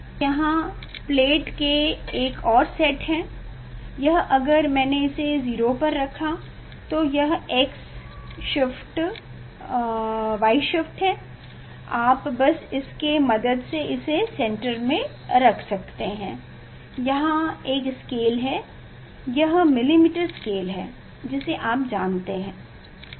तो यहां प्लेट के एक और सेट हैं यह अगर मैंने इसे 0 पर रखा तो यह X शिफ्ट Y शिफ्ट है आप बस इसके मदद से इसे सेंटर में रख सकते हैं यहां एक स्केल है यह मिलीमीटर स्केल है जिसे आप जानते हैं